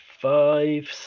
five